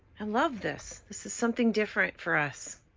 and love this, this is something different for us.